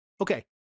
Okay